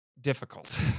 difficult